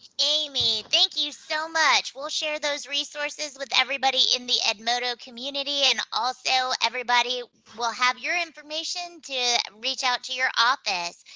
amy, thank you so much. we'll share those resources with everybody in the edmodo community, and also everybody will have your information to reach out to your office.